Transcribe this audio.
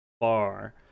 far